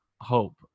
hope